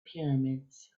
pyramids